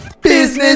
business